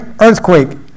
earthquake